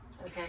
okay